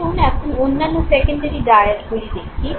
আসুন এখন অন্যান্য সেকেন্ডারি ডায়াডগুলি দেখি